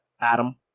Adam